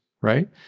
right